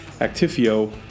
Actifio